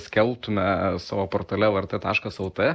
skelbtume savo portale lrt taškas lt